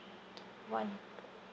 one